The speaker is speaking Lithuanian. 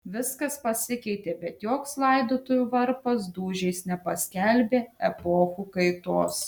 viskas pasikeitė bet joks laidotuvių varpas dūžiais nepaskelbė epochų kaitos